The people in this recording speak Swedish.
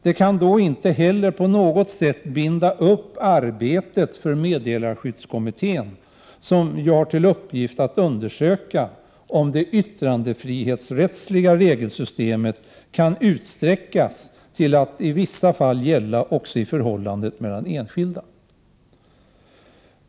Det påståendet kan därför inte på något sätt binda upp arbetet för meddelarskyddskommittén, som ju har till uppgift att undersöka om det yttrandefrihetsrättsliga regelsystemet kan utsträckas till att i vissa fall gälla också i förhållandet mellan enskilda.